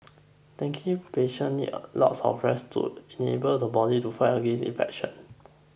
dengue patient need a lots of rest to enable the body to fight against infection